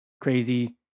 crazy